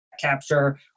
capture